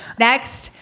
next,